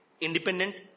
Independent